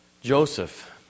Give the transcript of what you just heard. Joseph